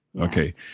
Okay